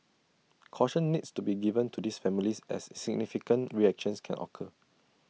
caution needs to be given to these families as significant reactions can occur